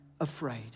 afraid